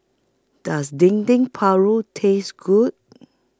Does Dendeng Paru Taste Good